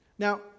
Now